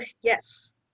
Yes